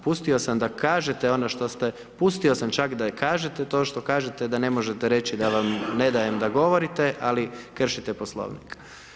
Pustio sam da kažete ono što ste pustio sam čak da kažete to što kažete, da ne možete reći da vam ne dajem da govorite, ali kršite poslovnik.